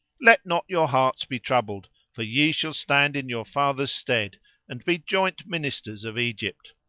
let not your hearts be troubled, for ye shall stand in your father's stead and be joint ministers of egypt.